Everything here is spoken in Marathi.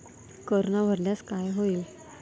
कर न भरल्यास काय होईल?